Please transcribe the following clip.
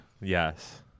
Yes